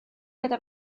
gyda